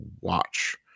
watch